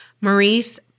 Maurice